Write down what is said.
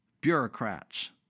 bureaucrats